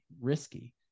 risky